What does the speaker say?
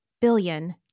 billion